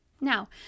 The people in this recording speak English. Now